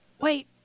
Wait